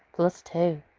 plus two!